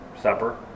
supper